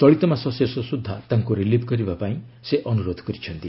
ଚଳିତ ମାସ ଶେଷ ସୁଦ୍ଧା ତାଙ୍କୁ ରିଲିଭ୍ କରିବା ପାଇଁ ସେ ଅନୁରୋଧ କରିଛନ୍ତି